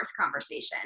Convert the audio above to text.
conversation